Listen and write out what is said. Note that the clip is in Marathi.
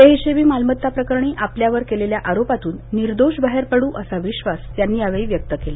बेहिशेबी मालमत्ता प्रकरणी आपल्यावर केलेल्या आरोपातून निर्दोष बाहेर पडू असा विश्वास त्यांनी या वेळी व्यक्त केला